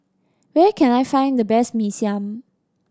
where can I find the best Mee Siam